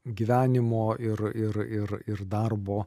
gyvenimo ir ir ir ir darbo